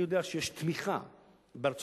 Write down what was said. אני יודע שיש תמיכה בארצות-הברית,